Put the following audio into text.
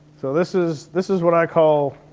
so this is. this is what i call,